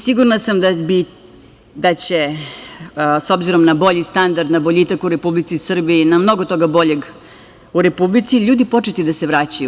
Sigurna sam da će, s obzirom na bolji standard, na boljitak u Republici Srbiji, na mnogo toga boljeg u Republici, ljudi početi da se vraćaju.